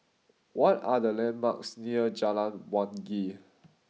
what are the landmarks near Jalan Wangi